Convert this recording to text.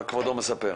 מה כבודו מספר?